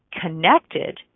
connected